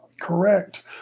Correct